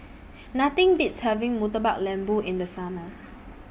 Nothing Beats having Murtabak Lembu in The Summer